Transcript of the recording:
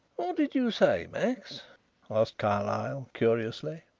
what did you say, max asked carlyle curiously.